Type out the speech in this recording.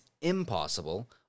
impossible